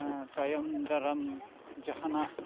ᱛᱟᱭᱚᱢ ᱫᱟᱨᱟᱢ ᱡᱟᱦᱟᱱᱟᱜ